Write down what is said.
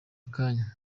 akanya